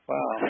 Wow